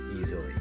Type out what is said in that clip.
easily